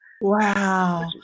Wow